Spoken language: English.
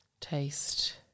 Taste